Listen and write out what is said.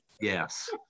Yes